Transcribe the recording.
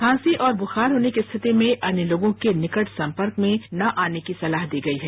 खांसी और बुखार होने की स्थिति में अन्य लोगों के निकट संपर्क में न आने की सलाह दी गई है